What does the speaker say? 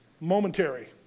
momentary